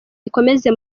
ikomeze